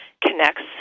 connects